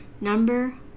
number